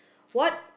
what